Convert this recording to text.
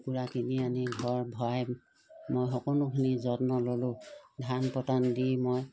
কুকুৰা কিনি আনি ঘৰ ভৰাই মই সকলোখিনি যত্ন ল'লোঁ ধান পতান দি মই